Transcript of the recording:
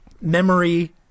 memory